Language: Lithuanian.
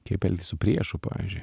kaip elgtis su priešu pavyzdžiui